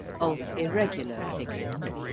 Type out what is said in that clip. of irregular figures.